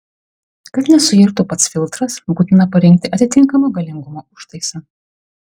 kad nesuirtų pats filtras būtina parinkti atitinkamo galingumo užtaisą